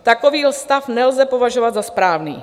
Takový stav nelze považovat za správný.